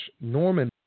Norman